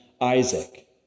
Isaac